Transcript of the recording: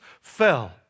fell